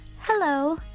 Hello